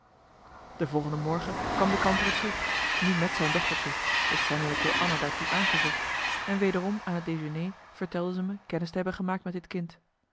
de volgende morgen kwam de kantere terug nu met zijn dochtertje dus kennelijk door anna daartoe aangezocht en wederom aan het déjeûner vertelde ze me kennis te hebben gemaakt met dit kind